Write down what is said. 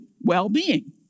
well-being